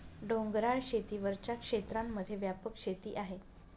डोंगराळ शेती वरच्या क्षेत्रांमध्ये व्यापक शेती आहे